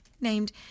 named